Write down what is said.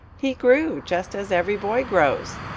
he grew, just as every boy grows.